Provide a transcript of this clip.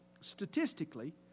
Statistically